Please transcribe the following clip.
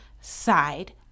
side